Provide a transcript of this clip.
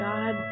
God